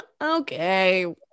okay